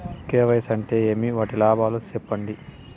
KYC అంటే ఏమి? వాటి లాభాలు సెప్పండి?